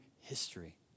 history